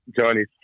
Johnny